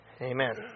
Amen